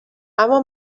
اما